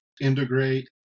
integrate